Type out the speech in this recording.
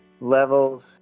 levels